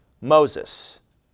Moses